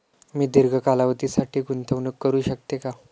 मी दीर्घ कालावधीसाठी गुंतवणूक करू शकते का?